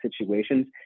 situations